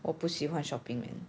我不喜欢 shopping eh